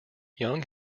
young